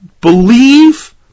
Believe